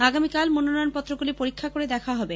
আগামীকাল মনোনয়নপত্রগুলি পরীক্ষা করে দেখা হবে